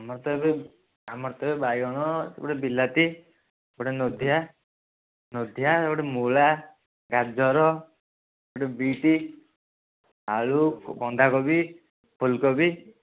ଆମର ତ ଏବେ ଆମର ତ ବାଇଗଣ ଗୋଟେ ବିଲାତି ଗୋଟେ ନୋଧିଆ ନୋଧିଆ ଆଉ ଗୋଟେ ମୂଳା ଗାଜର ଗୋଟେ ବିଟ୍ ଆଳୁ ବନ୍ଧାକୋବି ଫୁଲକୋବି